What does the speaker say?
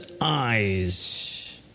eyes